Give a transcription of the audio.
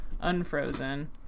unfrozen